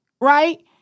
right